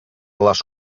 les